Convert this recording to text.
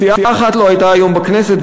סיעה אחת לא הייתה היום בכנסת,